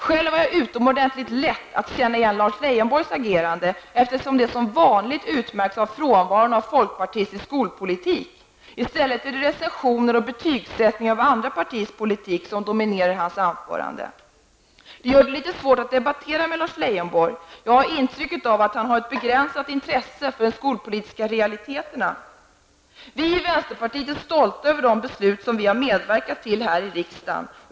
Själv har jag utomordentligt lätt att känna igen Lars Leijonborgs agerande, eftersom det som vanligt utmärks av frånvaro av folkpartistisk skolpolitik. I stället är det recensioner och betygsättning av andras partiers politik som dominerar hans anförande. Det gör det litet svårt att debattera med Lars Leijonborg. Jag har intrycket att han har ett begränsat intresse för de skolpolitiska realiteterna. Vi i vänsterpartiet är stolta över de beslut som vi har medverkat till här i riksdagen.